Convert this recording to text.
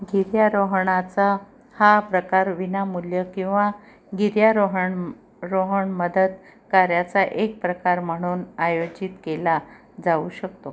गिर्यारोहणाचा हा प्रकार विनामूल्य किंवा गिर्यारोहण रोहण मदतकार्याचा एक प्रकार म्हणून आयोजित केला जाऊ शकतो